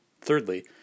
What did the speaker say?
Thirdly